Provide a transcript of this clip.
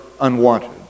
unwanted